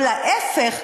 או להפך,